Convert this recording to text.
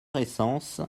essence